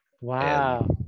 Wow